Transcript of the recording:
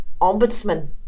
Ombudsman